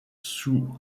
sous